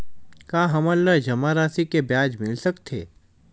का हमन ला जमा राशि से ब्याज मिल सकथे?